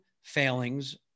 failings